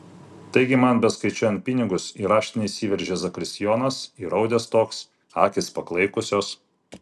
taigi man beskaičiuojant pinigus į raštinę įsiveržė zakristijonas įraudęs toks akys paklaikusios